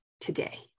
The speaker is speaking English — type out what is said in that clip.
today